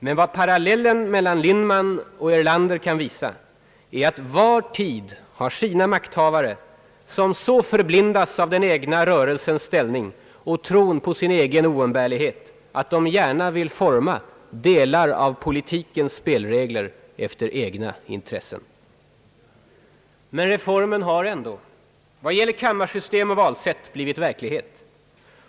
Men vad parallellen mellan Lindman och Erlander kan visa är att var tid har sina makthavare som så förblindas av den egna rörelsens ställning och tron på sin egen oumbärlighet att de gärna vill forma delar av politikens spelregler efter egna intressen. Men reformen har ändå, vad gäller kammarsystem och valsätt, blivit verklighet.